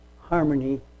harmony